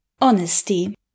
Honesty